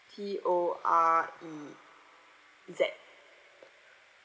T O R E Z